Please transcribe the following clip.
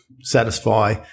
satisfy